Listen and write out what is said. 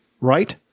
Right